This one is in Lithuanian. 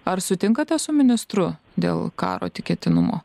ar sutinkate su ministru dėl karo tikėtinumo